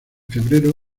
febrero